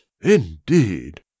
Indeed